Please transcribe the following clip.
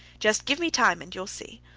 just give me time, and you will see.